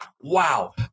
Wow